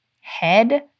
head